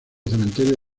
cementerio